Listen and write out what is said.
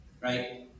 Right